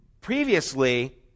previously